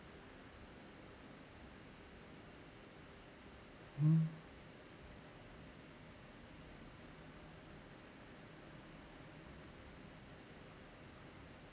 mm